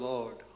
Lord